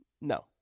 no